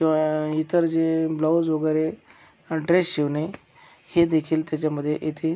किंवा इतर जे ब्लाऊज वगैरे ड्रेस शिवणे हेदेखील त्याच्यामध्ये येते